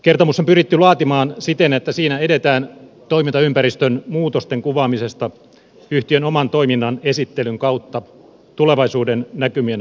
kertomus on pyritty laatimaan siten että siinä edetään toimintaympäristön muutosten kuvaamisesta yhtiön oman toiminnan esittelyn kautta tulevaisuudennäkymien hahmotteluun